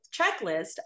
checklist